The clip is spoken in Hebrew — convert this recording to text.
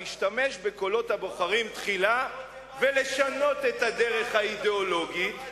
להשתמש בקולות הבוחרים תחילה ולשנות את הדרך האידיאולוגית,